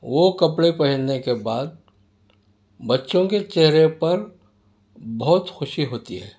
وہ کپڑے پہننے کے بعد بچوں کے چہرے پر بہت خوشی ہوتی ہے